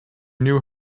knew